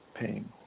paying